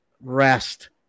rest